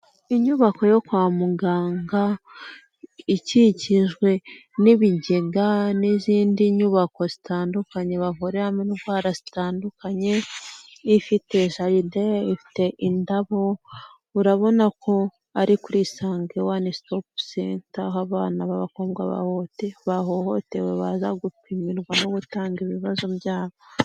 Inyubako yo kwa muganga ikikijwe n'ibigega n'izindi nyubako zitandukanye bavuriramo indwara zitandukanye ifite jaride, ifite indabo, urabona ko ari kuri isange wane sitopu senta aho abana b'abakobwa bahohotewe baza gupimirwa no gutanga ibibazo byabo.